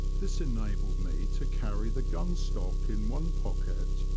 this enabled me to carry the gun-stock in one pocket,